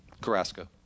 Carrasco